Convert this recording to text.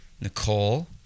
Nicole